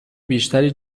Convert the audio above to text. بیشتری